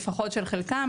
לפחות של חלקם,